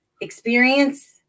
experience